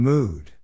Mood